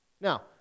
Now